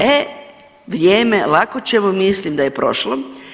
E vrijeme lako ćemo mislim da je prošlo.